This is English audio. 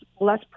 less